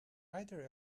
either